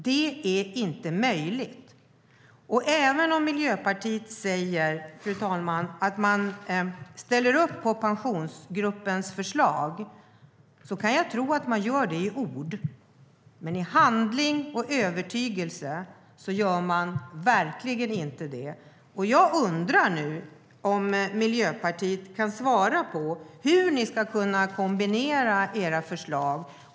Det är inte möjligt. Miljöpartiet säger att de ställer upp på Pensionsgruppens förslag. Jag kan tro på att de gör det i ord, men i handling och övertygelse gör de verkligen inte det. Jag undrar nu om Miljöpartiet kan svara på hur de ska kunna kombinera sina förslag.